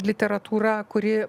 literatūrą kuri